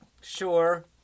Sure